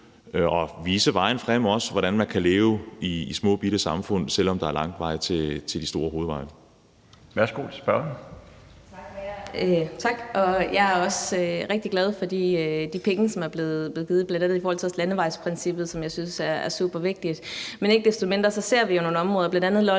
med hensyn til hvordan man kan leve i små, bitte samfund, selv om der er lang vej til de store hovedveje.